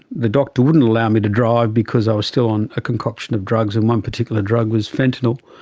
the doctor wouldn't allow me to drive because i was still on a concoction of drugs and one particular drug was fentanyl,